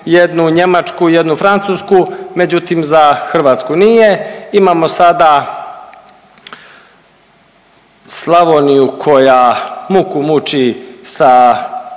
jednu Njemačku, jednu Francusku, međutim za Hrvatsku nije. Imamo sada Slavoniju koja muku muči sa